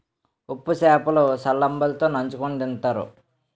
ఉప్పు సేప లు సల్లంబలి తో నంచుకుని తింతారు